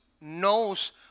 knows